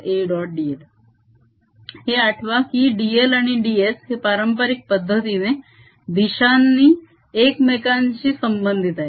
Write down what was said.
dl हे आठवा की dl आणि ds हे पारंपारिक पद्धतीने दिशांनी एकमेकांशी संबंधित आहेत